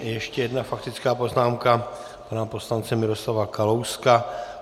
Ještě jedna faktická poznámka pana poslance Miroslava Kalouska.